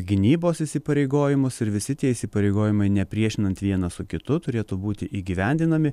gynybos įsipareigojimus ir visi tie įsipareigojimai nepriešinant vienas su kitu turėtų būti įgyvendinami